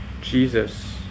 Jesus